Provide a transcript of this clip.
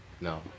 No